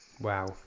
Wow